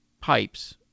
pipes